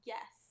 Yes